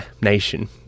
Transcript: nation